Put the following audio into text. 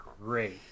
great